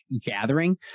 gathering